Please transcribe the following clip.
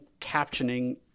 captioning